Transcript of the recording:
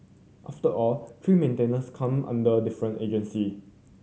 after all tree maintenance come under different agency